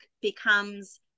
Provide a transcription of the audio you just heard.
becomes